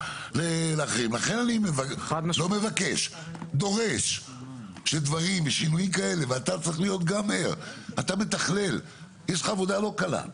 אני דורש ששינויים כאלה ואתה כמתכלל יש לך עבודה לא קלה,